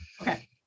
Okay